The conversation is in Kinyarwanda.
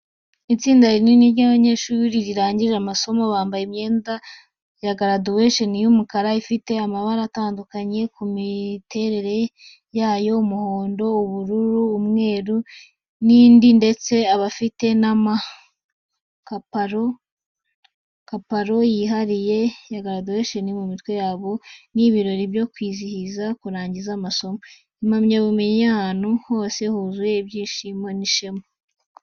Itsinda rinini ry’abanyeshuri barangije amasomo, bambaye imyambaro ya graduation y’umukara, ifite amabara atandukanye ku miterere yayo, umuhondo, ubururu, umweru n’indi ndetse bafite n’amakaparo yihariye ya graduation ku mitwe yabo. Ni ibirori byo kwizihiza kurangiza amasomo no guhabwa impamyabumenyi, ahantu hose huzuye ibyishimo n’ishema.